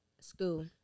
School